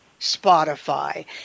Spotify